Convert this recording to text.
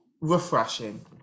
refreshing